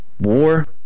war